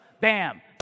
Bam